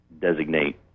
designate